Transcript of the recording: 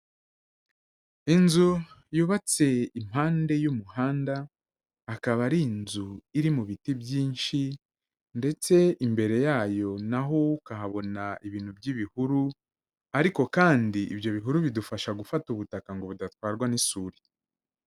Inzu yubatse impande y'umuhanda, akaba ari inzu iri mu biti byinshi ndetse imbere yayo naho ukahabona ibintu by'ibihuru, ariko kandi ibyo bihuru bidufasha gufata ubutaka ngo budatwarwa n'isuri.